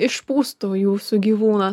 išpūstų jūsų gyvūną